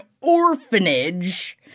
orphanage-